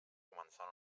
començar